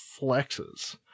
flexes